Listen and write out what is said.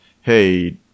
hey